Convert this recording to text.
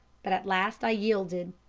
but at last i yielded.